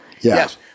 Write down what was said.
yes